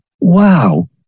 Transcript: wow